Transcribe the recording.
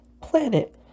planet